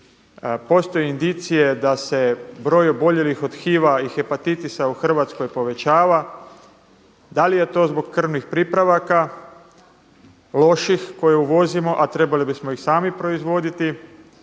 postoje indicije da se broj oboljelih od HIV-a i hepatitisa u Hrvatskoj povećava. Da li je to zbog krvnih pripravaka loših koje uvozimo, a trebali bismo ih sami proizvoditi